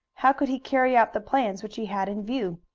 how could he carry out the plans which he had in view?